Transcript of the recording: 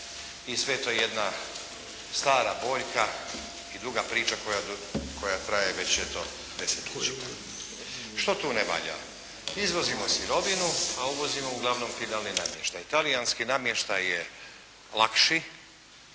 i sve je to jedna stara boljka i duga priča koja traje već eto desetljećima. Što tu ne valja? Izvozimo sirovinu, a uvozimo uglavnom finalni namještaj. Talijanski namještaj je lakši